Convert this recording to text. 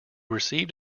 received